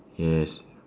yes